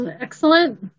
Excellent